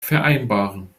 vereinbaren